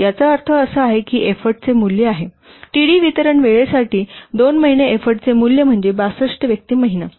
याचा अर्थ असा आहे की एफ्फोर्ट चे मूल्य आहे टीडी वितरण वेळेसाठी 2 महिने एफ्फोर्टचे मूल्य म्हणजे 62 व्यक्ती महिना